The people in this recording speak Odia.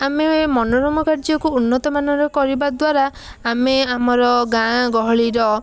ଆମେ ମନୋରମ କାର୍ଯ୍ୟକୁ ଉନ୍ନତମାନର କରିବା ଦ୍ଵାରା ଆମେ ଆମର ଗାଁ ଗହଳିର